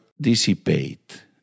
dissipate